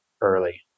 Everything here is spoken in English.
early